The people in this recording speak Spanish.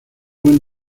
buen